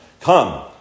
come